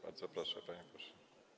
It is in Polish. Bardzo proszę, panie pośle.